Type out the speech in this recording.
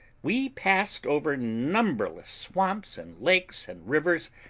we passed over numberless swamps and lakes and rivers,